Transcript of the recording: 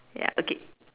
ya okay